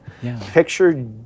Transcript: Picture